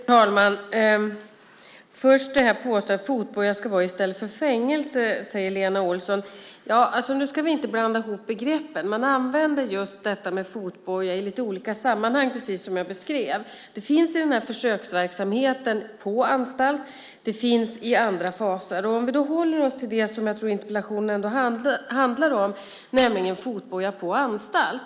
Herr talman! Först vill jag ta upp påståendet från Lena Olsson att fotboja ska vara i stället för fängelse. Nu ska vi inte blanda ihop begreppen. Man använder fotboja i lite olika sammanhang, precis som jag beskrev. Den finns i försöksverksamheten på anstalt, och den finns i andra faser. Vi håller oss till det som jag tror att interpellationen handlar om, nämligen fotboja på anstalt.